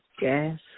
gas